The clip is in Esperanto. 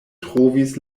trovis